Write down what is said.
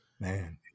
Man